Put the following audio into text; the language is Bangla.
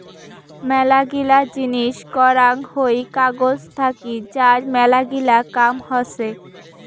মেলাগিলা জিনিস করাং হই কাগজ থাকি যার মেলাগিলা কাম হসে